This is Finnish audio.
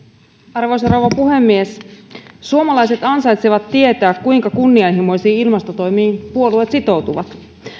arvoisa rouva puhemies suomalaiset ansaitsevat tietää kuinka kunnianhimoisiin ilmastotoimiin puolueet sitoutuvat